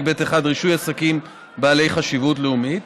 ב'1 (רישוי עסקים בעלי חשיבות לאומית),